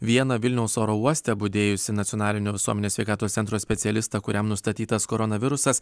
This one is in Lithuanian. vieną vilniaus oro uoste budėjusį nacionalinio visuomenės sveikatos centro specialistą kuriam nustatytas koronavirusas